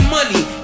money